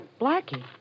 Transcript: Blackie